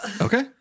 Okay